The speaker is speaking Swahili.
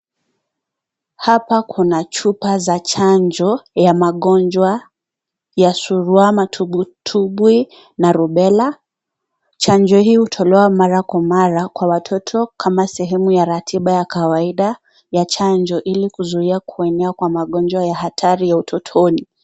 Hapa kuna chupa za chanjo za magonjwa ya surua, matumbwitumbwi na rubela. Chanjo hii hutolewa mara kwa mara kwa watoto hasa sehemu ya ratiba ya kawaida ya chanjo ili kuzuia kuenea kwa magonjwa ya hatari ya utotoni.